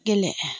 गेले